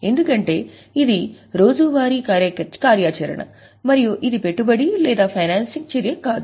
ఎందుకంటే ఇది రోజువారీ కార్యాచరణ మరియు ఇది పెట్టుబడి లేదా ఫైనాన్సింగ్ చర్య కాదు